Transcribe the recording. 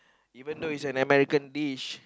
even though is an American dish